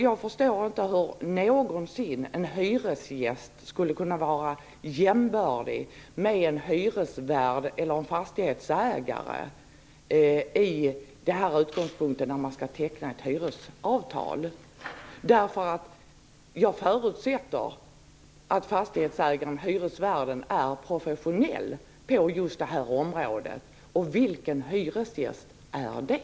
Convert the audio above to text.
Jag förstår inte hur en hyresgäst någonsin skulle kunna vara jämbördig med en hyresvärd eller en fastighetsägare när ett hyresavtal skall tecknas. Jag förutsätter nämligen att fastighetsägaren eller hyresvärden är professionell på just detta område. Och vilken hyresgäst är det?